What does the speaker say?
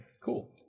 Cool